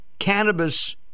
cannabis